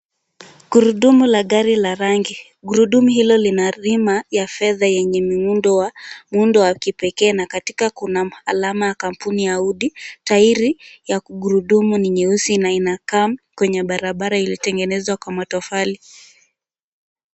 Gurudumu la gari la rangi, gurudumu hilo lina rima ya fedha yenye muundo wa kipekee na katika kuna alama ya kampuni ya audi. Tairi ya gurudumu ni nyeusi na inakaa kwenye barabara iliyotengenezwa kwa matofali.